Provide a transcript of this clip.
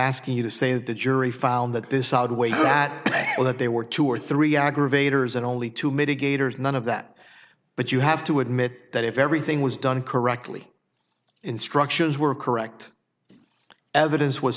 asking you to say that the jury found that this odd way or that there were two or three aggravators and only two mitigators none of that but you have to admit that if everything was done correctly instructions were correct evidence was